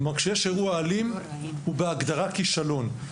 כלומר, כשיש אירוע אלים, הוא בהגדרת - כישלון.